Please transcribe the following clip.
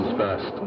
first